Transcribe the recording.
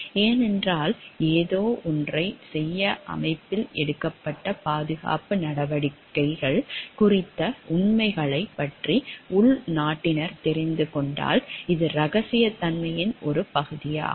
ஏனென்றால் ஏதோவொன்றைச் செய்ய அமைப்பால் எடுக்கப்பட்ட பாதுகாப்பு நடவடிக்கைகள் குறித்த உண்மைகளைப் பற்றி உள்நாட்டினர் தெரிந்து கொண்டதால் இது ரகசியத்தன்மையின் ஒரு பகுதியாகும்